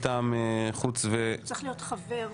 הוא צריך להיות חבר.